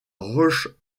roche